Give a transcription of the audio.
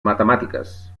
matemàtiques